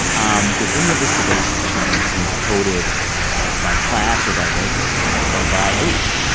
um does any of this debate to you seem coded by class or by race or by age?